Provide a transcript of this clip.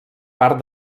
part